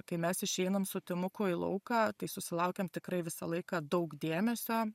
kai mes išeinam su timuku į lauką tai susilaukiam tikrai visą laiką daug dėmesio